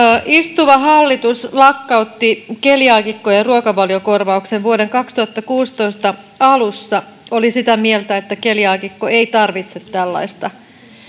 istuva hallitus lakkautti keliaakikkojen ruokavaliokorvauksen vuoden kaksituhattakuusitoista alussa oli sitä mieltä että keliaakikko ei tarvitse tällaista